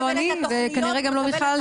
לא אני וכנראה גם לא מיכל,